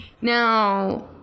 Now